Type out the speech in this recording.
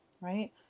right